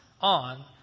on